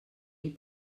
ell